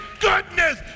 goodness